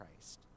Christ